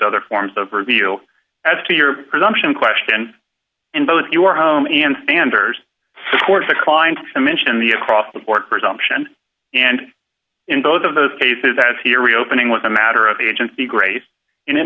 other forms of review as to your presumption question and both your home and sanders support the client to mention the across the board presumption and in both of those cases that theory opening with a matter of agency grace and it